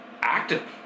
active